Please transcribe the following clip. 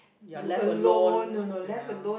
you're left alone ya